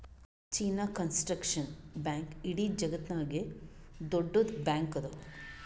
China construction bank ಇಡೀ ಜಗತ್ತನಾಗೆ ದೊಡ್ಡುದ್ ಬ್ಯಾಂಕ್ ಅದಾ